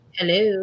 Hello